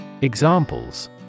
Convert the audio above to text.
Examples